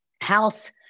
house